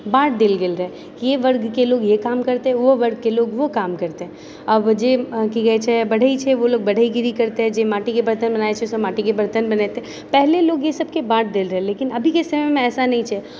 बांँट देल गेल रहैय कि अहि वर्गके लोग ये काम करते ओ वर्गके लोग वो काम करते आब जे कि कहैछे बढ़ई छै वोलोग बढ़ईगिरि करते जे माटिकके बर्तन बनाए छै ओसब माटिके बर्तन बनेतै पहले लोग इसबके बाँट देल रहैए लेकिन अभिके समयमे ऐसा नही छै